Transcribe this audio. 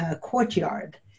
courtyard